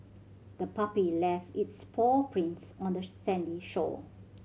the puppy left its paw prints on the sandy shore